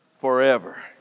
forever